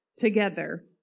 together